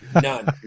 none